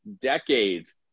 decades